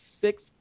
six